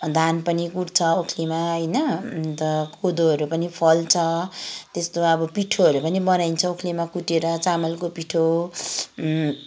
धान पनि कुट्छ ओख्लीमा होइन अन्त कोदोहरू पनि फल्छ त्यस्तो अब पिठोहरू पनि बनाइन्छ ओख्लीमा कुटेर चामलको पिठो